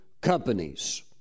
companies